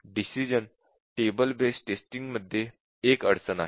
decision table based testing मध्ये एक अडचण आहे